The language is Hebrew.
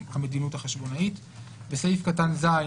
"המדיניות החשבונאית"; בסעיף קטן (ז),